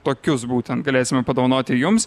tokius būtent galėsime padovanoti jums